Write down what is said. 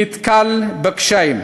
נתקל בקשיים.